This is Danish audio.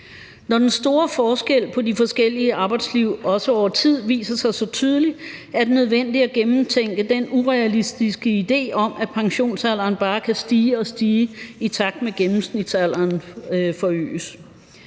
Når den store forskel på de forskellige arbejdsliv også over tid viser sig så tydeligt, er det nødvendigt at gennemtænke den urealistiske idé om, at pensionsalderen bare kan stige og stige, i takt med at gennemsnitsalderen forøges.